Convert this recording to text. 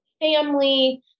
family